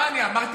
לא, אמרת